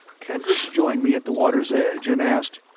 kendricks joined me at the water's edge, and asked,